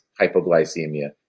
hypoglycemia